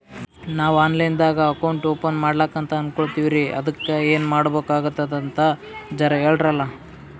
ನಾವು online ದಾಗ account open ಮಾಡ್ಲಕಂತ ಅನ್ಕೋಲತ್ತೀವ್ರಿ ಅದಕ್ಕ ಏನ ಮಾಡಬಕಾತದಂತ ಜರ ಹೇಳ್ರಲ?